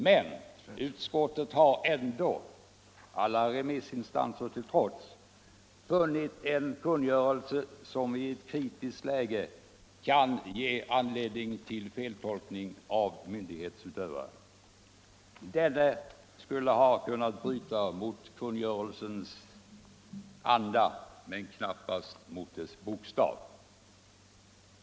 Men utskottet har, alla remissinstanser till trots, funnit en kungörelse som i ett kritiskt läge kan ge anledning till feltolkning från myndighetsutövarens sida. Denne skulle ha kunnat bryta mot kungörelsens anda men knappast mot dess bokstav.